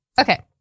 Okay